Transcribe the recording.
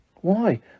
Why